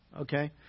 Okay